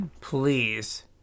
Please